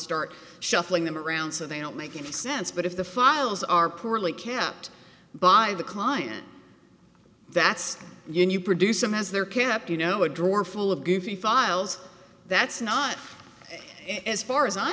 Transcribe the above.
start shuffling them around so they don't make any sense but if the files are poorly kept by the kind that's you produce them as they're kept you know a drawer full of goofy files that's not as far as i